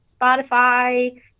Spotify